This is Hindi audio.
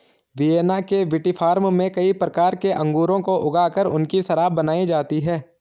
वियेना के विटीफार्म में कई प्रकार के अंगूरों को ऊगा कर उनकी शराब बनाई जाती है